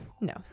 No